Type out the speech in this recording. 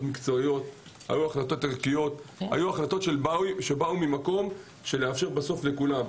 מקצועיות וערכיות שבאו ממקום של לאפשר לכולם.